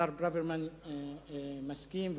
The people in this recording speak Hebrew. ברוורמן מסכים,